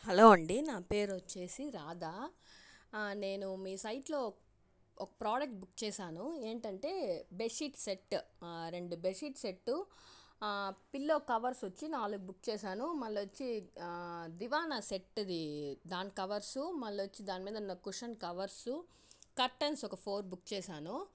hello అండి నా పేరు వచ్చి రాధా నేను మీ సైట్లో ఒక ప్రోడక్ట్ బుక్ చేశాను ఏంటంటే బెడ్షీట్ సెట్ రెండు బెడ్షీట్ సెటు పిల్లో కవర్స్ వచ్చి నాలుగు బుక్ చేశాను మలొచ్చి దివాన్ సెట్ది దాని కవర్స్ మలొచ్చి దాని మీద ఉన్న కుషన్ కవర్స్ కర్టన్స్ ఒక ఫోర్ బుక్ చేశాను